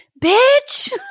Bitch